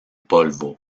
polvo